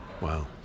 Wow